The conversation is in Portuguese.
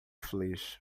feliz